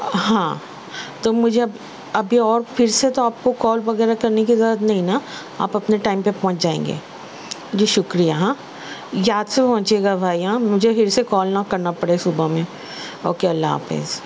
ہاں تو مجھے اب ابھی اور پھر سے تو آپ کو کال وغیرہ کرنے کی ضرورت نہیں نا آپ اپنے ٹائم پہ پہنچ جائیں گے جی شکریہ ہاں یاد سے پہنچیے گا بھائی ہاں مجھے پھر سے کال نہ کرنا پڑے صبح میں اوکے اللہ حافظ